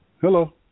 Hello